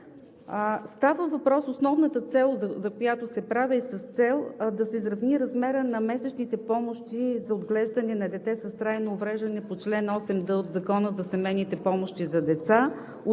за деца. Основната цел, с която се прави, е да се изравни размерът на месечните помощи за отглеждане на дете с трайно увреждане по чл. 8д от Закона за семейните помощи за деца,